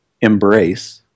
Embrace